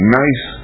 nice